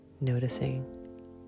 Noticing